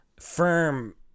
firm